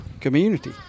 community